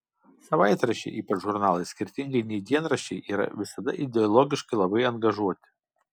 savaitraščiai ypač žurnalai skirtingai nei dienraščiai yra visada ideologiškai labai angažuoti